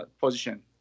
position